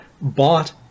bought